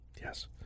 Yes